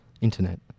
Internet